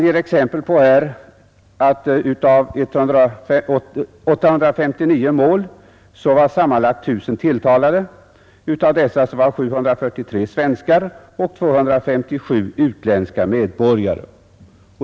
Författaren skriver att i 859 mål var sammanlagt 1000 personer tilltalade, och av dessa var 743 svenskar och 257 utländska medborgare.